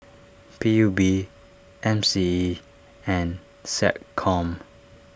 P U B M C E and SecCom